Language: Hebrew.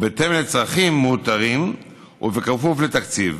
ומאותרים בהתאם לצרכים ובכפוף לתקציב.